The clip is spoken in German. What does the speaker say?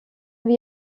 wie